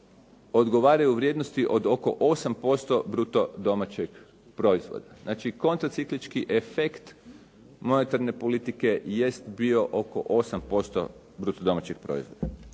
odgovaraju vrijednosti od oko 8% bruto domaćeg proizvoda. Znači, kontraciklički efekt monetarne politike jest bio oko 8% bruto domaćeg proizvoda.